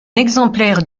exemplaire